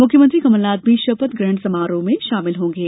मुख्यमंत्री कमलनाथ भी शपथ ग्रहण समारोह में शामिल होंगे